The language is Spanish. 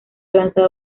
lanzado